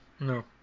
No